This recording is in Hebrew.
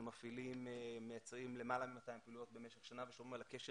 אנחנו מייצרים למעלה מ-200 פעילויות בשנה ושומרים על הקשר